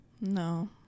no